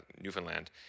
Newfoundland